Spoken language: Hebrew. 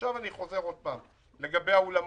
לגבי האולמות,